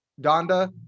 Donda